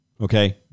Okay